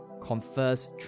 confers